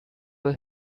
were